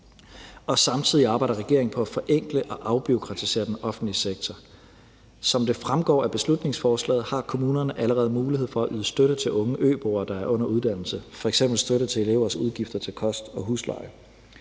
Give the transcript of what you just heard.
Samtidig arbejder regeringen på at forenkle og afbureaukratisere den offentlige sektor. Som det fremgår af beslutningsforslaget, har kommunerne allerede mulighed for at yde støtte til unge øboere, der er under uddannelse; det kan f.eks. være støtte til elevers udgifter til kost og husleje.